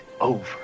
over